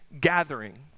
gathering